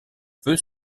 peut